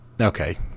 okay